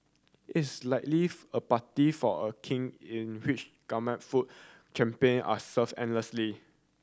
it's likely for a party for a King in which gourmet food champagne are served endlessly